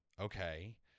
okay